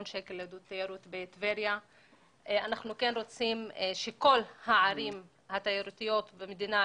שקלים לעידוד התיירות בטבריה ואנחנו רוצים שכל הערים התיירותיות במדינה